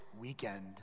weekend